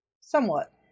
Somewhat